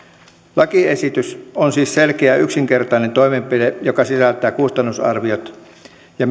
lakiesitys on siis selkeä yksinkertainen toimenpide joka sisältää kustannusarviot ja